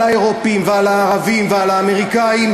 על האירופים, ועל הערבים ועל האמריקנים,